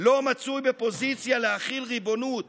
לא מצוי בפוזיציה להחיל ריבונות